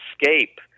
escape